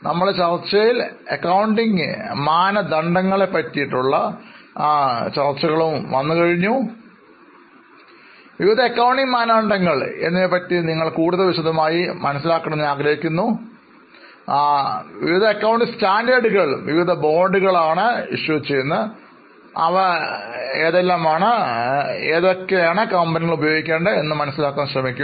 നമ്മളുടെ ചർച്ചയിൽ അക്കൌണ്ടിങ് മാനദണ്ഡങ്ങളെ കുറിച്ചോ GAAPയെ കുറിച്ചോ നമ്മൾ ചുരുക്കമായി ചർച്ച ചെയ്തിട്ടുണ്ട് വിവിധ അക്കൌണ്ടിംഗ് മാനദണ്ഡങ്ങൾ എന്നിവയെക്കുറിച്ച് നിങ്ങൾക്ക് കൂടുതൽ വിശദമായി അറിയാൻ കഴിയും അവ വിവിധ ബോർഡുകൾ പുറപ്പെടുവിക്കുന്നത് എന്തുകൊണ്ടാണ് എങ്ങനെ ഇവ വിവിധ കമ്പനികൾ ഉപയോഗിക്കുന്നു എന്നിവ മനസ്സിലാക്കുക